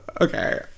okay